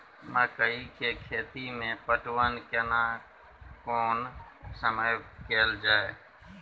मकई के खेती मे पटवन केना कोन समय कैल जाय?